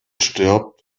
stirbt